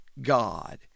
God